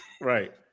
Right